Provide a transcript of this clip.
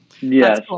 yes